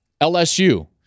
LSU